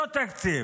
אותו תקציב.